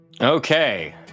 Okay